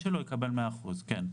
יקבל 100%, כן.